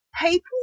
people